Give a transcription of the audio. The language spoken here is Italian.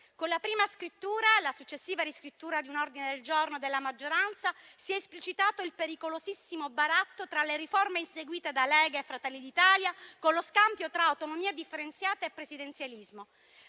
con la prima scrittura e la successiva riscrittura di un ordine del giorno della maggioranza, si è esplicitato il pericolosissimo baratto tra le riforme inseguite da Lega e Fratelli d'Italia e tra autonomia differenziata e presidenzialismo.